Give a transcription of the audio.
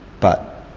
but